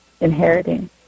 inheriting